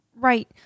Right